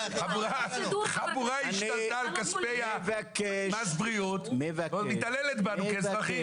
חבורה השתלטה על כספי מס הבריאות ומתעללת בנו כאזרחים.